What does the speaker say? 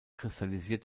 kristallisiert